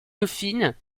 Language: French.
dauphine